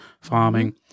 farming